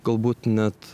galbūt net